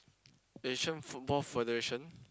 Asian-Football-Federation